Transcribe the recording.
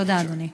תודה, אדוני.